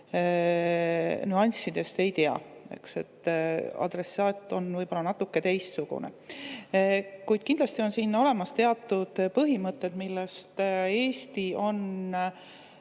nüansse ei tea. Adressaat on võib-olla natuke teistsugune. Kuid kindlasti on siin teatud põhimõtted, mida Eesti on